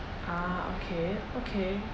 ah okay okay